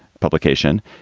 publication.